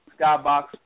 Skybox